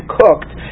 cooked